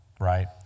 right